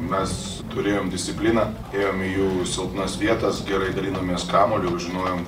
mes turėjom discipliną ėjom į jų silpnas vietas gerai dalinomės kamuoliu žinojom